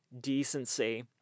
decency